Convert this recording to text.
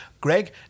Greg